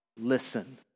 listen